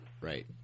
right